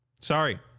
Sorry